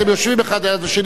אתם יושבים האחד ליד השני,